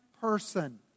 person